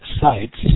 sites